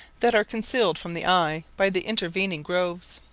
that are concealed from the eye by the intervening groves.